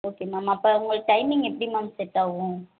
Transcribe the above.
okay ma'am அப்போ உங்களுக்கு timing எப்படி மேம் செட் ஆகும்